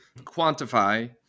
quantify